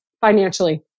financially